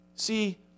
See